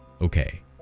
Okay